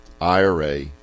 IRA